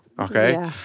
okay